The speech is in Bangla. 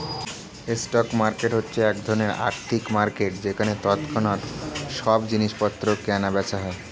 স্টক মার্কেট হচ্ছে এক ধরণের আর্থিক মার্কেট যেখানে তৎক্ষণাৎ সব জিনিসপত্র কেনা বেচা হয়